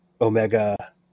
Omega